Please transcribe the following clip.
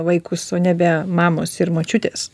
vaikus o nebe mamos ir močiutės